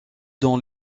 dans